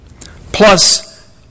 plus